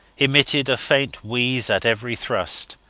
emitted a faint wheeze at every thrust,